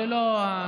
זו לא השיטה.